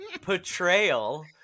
Portrayal